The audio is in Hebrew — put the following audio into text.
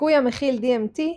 שיקוי המכיל DMT,